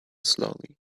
slowly